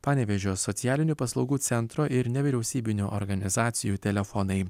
panevėžio socialinių paslaugų centro ir nevyriausybinių organizacijų telefonai